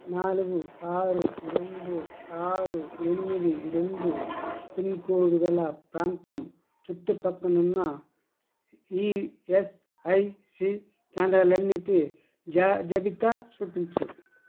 నాలుగు ఆరు రెండు ఆరు ఎనిమిది రెండు పిన్కోడ్ గల ప్రాంతం చుట్టుపక్కనున్న ఈఎస్ఐసి కేంద్రాలన్నిటి జా జాబితా చూపించు